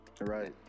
Right